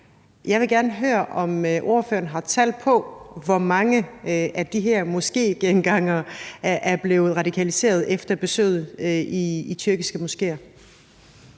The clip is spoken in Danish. Jeg vil gerne høre, om ordføreren har tal på, hvor mange af de her moskégængere der er blevet radikaliseret efter besøg i tyrkiske moskéer.